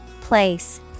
Place